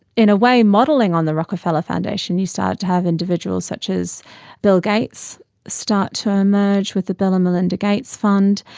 in a way modelling on the rockefeller foundation you started to have individuals such as bill gates starts to emerge with the bill and melinda gates fund,